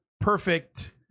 perfect